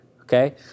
Okay